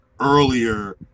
earlier